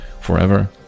forever